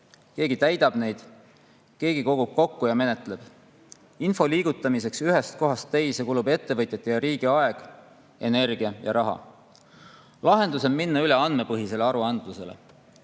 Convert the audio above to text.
Keegi täidab neid, keegi kogub kokku ja menetleb. Info liigutamiseks ühest kohast teise kulub ettevõtjatel ja riigil aega, energiat ja raha. Lahendus on minna üle andmepõhisele aruandlusele.